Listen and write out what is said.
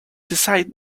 decided